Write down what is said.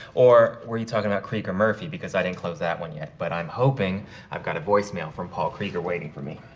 or were you talking about creeker murphy? because i didn't close that one yet, but i'm hoping i've got a voicemail from paul creeker waiting for me.